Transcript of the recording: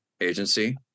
agency